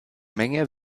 menge